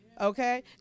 okay